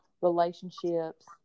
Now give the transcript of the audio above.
relationships